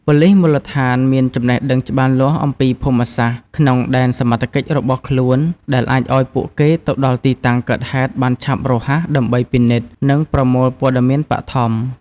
ប៉ូលិសមូលដ្ឋានមានចំណេះដឹងច្បាស់លាស់អំពីភូមិសាស្ត្រក្នុងដែនសមត្ថកិច្ចរបស់ខ្លួន ដែលអាចឲ្យពួកគេទៅដល់ទីតាំងកើតហេតុបានឆាប់រហ័សដើម្បីពិនិត្យ និងប្រមូលព័ត៌មានបឋម។